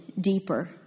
deeper